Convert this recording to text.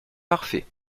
parfait